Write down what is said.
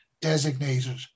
designated